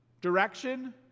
Direction